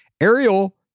Ariel